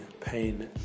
pain